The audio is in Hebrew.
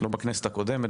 לא בכנסת הקודמת,